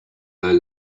low